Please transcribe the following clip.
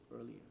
earlier